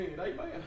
Amen